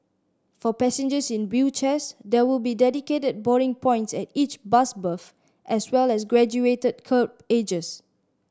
for passengers in wheelchairs there will be dedicated boarding points at each bus berth as well as graduated kerb edges